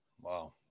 Wow